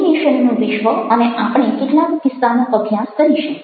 animation નું વિશ્વ અને આપણે કેટલાક કિસ્સાનો અભ્યાસ કરીશું